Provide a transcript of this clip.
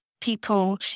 people